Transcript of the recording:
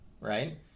right